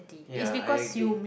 ya I agree